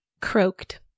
croaked